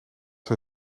zij